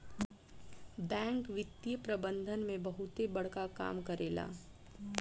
bank वित्तीय प्रबंधन में बहुते बड़का काम करेला